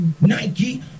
Nike